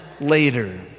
later